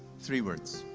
three words,